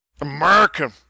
America